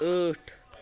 ٲٹھ